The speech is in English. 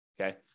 Okay